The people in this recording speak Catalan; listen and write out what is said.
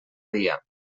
dia